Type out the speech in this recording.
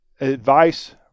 advice